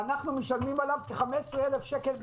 אנחנו משלמים עליו כ-15,000 שקל בחודש.